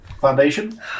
Foundation